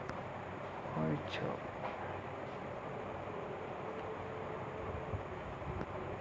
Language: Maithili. एरोपोनिक्स विधि सॅ खेती करै मॅ जमीन के जरूरत नाय होय छै